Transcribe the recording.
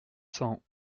cents